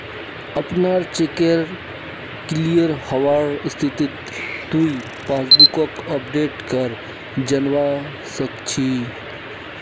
अपनार चेकेर क्लियर हबार स्थितिक तुइ पासबुकक अपडेट करे जानवा सक छी